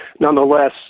Nonetheless